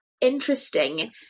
interesting